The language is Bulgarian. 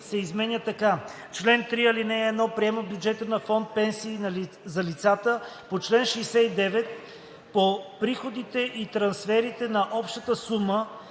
се изменя така: Чл. 3 (1) Приема бюджета на фонд „Пенсии за лицата по чл. 69“ по приходите и трансферите на обща сума